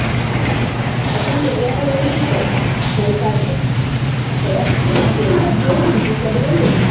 ᱟᱵᱚ ᱨᱮᱸᱜᱮᱡ ᱦᱚᱲ ᱞᱟᱹᱜᱤᱫ ᱜᱮᱛᱚ ᱦᱮᱞᱛᱷ ᱠᱟᱨᱰ ᱫᱚ ᱛᱚ ᱟᱵᱮᱱ ᱫᱚ ᱦᱮᱞᱛᱷ ᱠᱟᱨᱰ ᱫᱤᱭᱮ ᱦᱚᱸ ᱪᱤᱠᱤᱛᱥᱟ ᱫᱚᱵᱮᱱ ᱫᱟᱲᱮᱭᱟᱜ ᱜᱮᱭᱟ